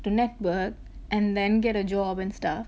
the network and then get a job and stuff